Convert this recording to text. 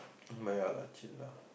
but ya lah chill lah